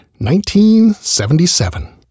1977